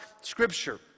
Scripture